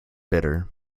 bitter